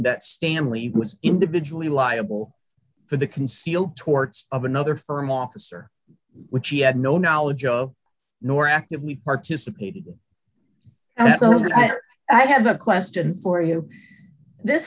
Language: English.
that stanley was individually liable for the concealed torts of another firm officer which he had no knowledge of nor actively participated and so i have a question for you this